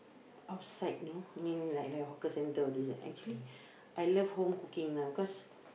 outside you know mean like the hawker center all this right actually I love home cooking lah because